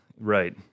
Right